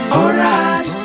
alright